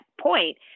point